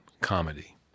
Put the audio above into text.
comedy